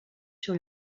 sur